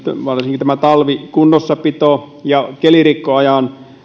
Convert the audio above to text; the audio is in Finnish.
varsinkin talvikunnossapito ja kelirikkoajan